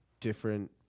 different